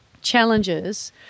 challenges